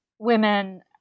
women